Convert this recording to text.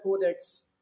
Codex